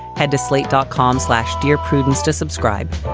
head to slate dot com, slash dear prudence to subscribe.